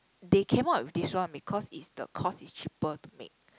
they came out with this one because it's the cost is cheaper to make